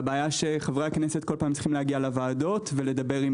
והבעיה שכל פעם חברי הכנסת צריכים להגיע לוועדות ולדבר עם